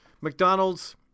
McDonald's